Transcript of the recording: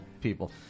people